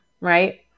right